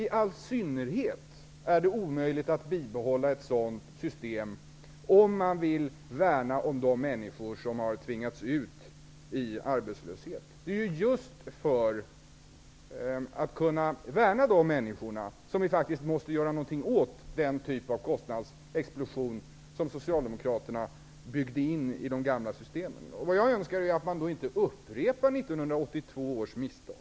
I all synnerhet är det omöjligt att bibehålla ett sådant system om man vill värna om de människor som har tvingats ut i arbetslöshet. Det är just för att kunna värna de människorna som vi faktiskt måste göra något åt den typ av kostnadsexplosion som Socialdemokraterna byggde in i de gamla systemen. Det jag önskar är att man inte upprepar 1982 års misstag.